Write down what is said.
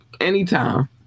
anytime